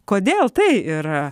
kodėl tai yra